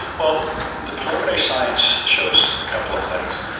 well the preliminary science shows a couple of things.